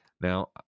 now